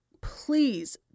please